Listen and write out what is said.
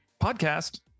PODCAST